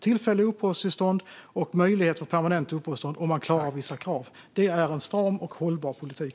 Tillfälligt uppehållstillstånd och möjlighet till permanent uppehållstillstånd om man klarar vissa krav - det är en stram och hållbar politik.